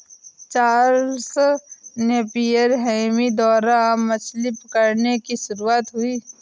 Charles Napier Hemy द्वारा मछली पकड़ने की शुरुआत हुई